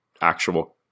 actual